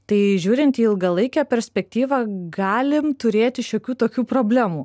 tai žiūrint į ilgalaikę perspektyvą galim turėti šiokių tokių problemų